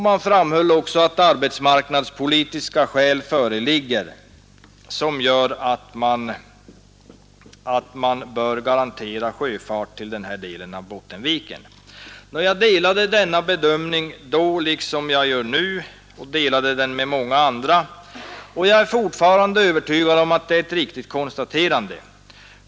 Man betonade också att arbetsmarknadspolitiska skäl föreligger för att sjöfart bör garanteras till den här delen av Bottenviken. Jag delade denna uppfattning då, liksom jag gör det nu — och jag delar den med många andra. Jag är fortfarande övertygad om att det är ett riktigt konstaterande.